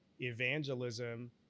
evangelism